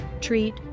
treat